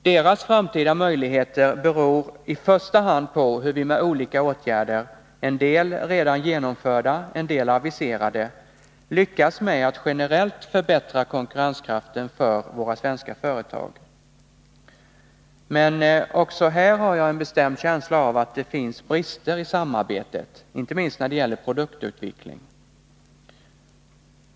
Deras framtida möjligheter beror naturligtvis i första hand på hur vi med olika åtgärder — en del redan genomförda, en del aviserade — lyckas med att generellt förbättra konkurrenskraften för våra svenska företag. Men också här har jag en bestämd känsla av att det finns brister i samarbetet, inte minst när det gäller produktutveckling.